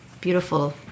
beautiful